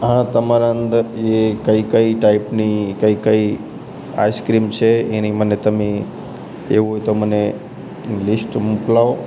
હા તમારા અંદર એ કઈ કઈ ટાઇપની કઈ કઈ આઇસ્ક્રીમ છે એની મને તમે એવું હોય તો મને લિસ્ટ મોકલાવો